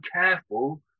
careful